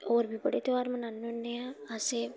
होर बी बड़े तेहार मनान्ने होन्ने आं अस